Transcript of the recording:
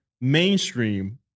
mainstream